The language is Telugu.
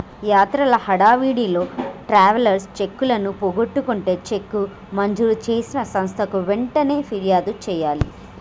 యాత్రల హడావిడిలో ట్రావెలర్స్ చెక్కులను పోగొట్టుకుంటే చెక్కు మంజూరు చేసిన సంస్థకు వెంటనే ఫిర్యాదు చేయాలి